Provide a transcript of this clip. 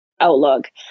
outlook